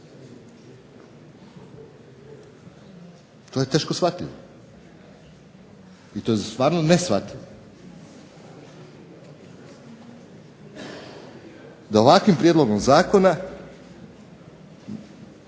To je teško shvatljivo i to je stvarno neshvatljivo da ovakvim prijedlogom zakona